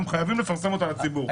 הם חייבים לפרסם לציבור.